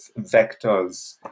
vectors